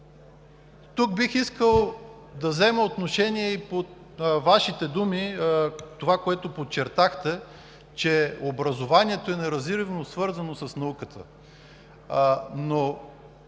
Бих искал да взема отношение по Вашите думи за това, което подчертахте – че образованието е неразривно свързано с науката,